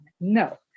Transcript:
No